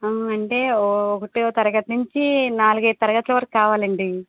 అంటే ఓ ఒకటవ తరగతి నుంచి నాలుగైదు తరగతుల వరకు కావలండి